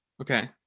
Okay